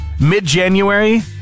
Mid-January